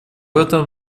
этом